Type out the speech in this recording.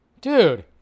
Dude